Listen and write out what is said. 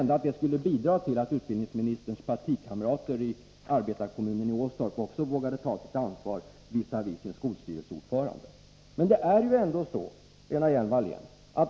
Det kanske skulle bidra till att utbildningsministerns partikamrater i arbetarkommunen i Åstorp också vågade ta sitt ansvar visavi sin skolstyrelseordförande.